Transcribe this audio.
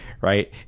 right